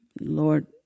Lord